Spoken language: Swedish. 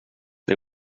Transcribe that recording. det